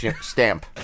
stamp